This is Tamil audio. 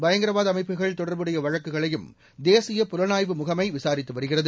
பயங்கரவாத அமைப்புகள் தொடர்புடைய வழக்குகளையும் தேசிய புலனாய்வு முகமை விசாரித்து வருகிறது